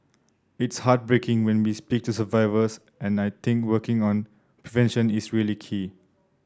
it's heartbreaking when we speak to survivors and I think working on prevention is really key